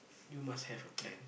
you must have a plan